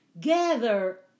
gather